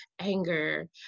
anger